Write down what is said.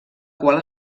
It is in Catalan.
qual